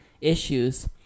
issues